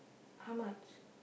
how much